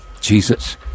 Jesus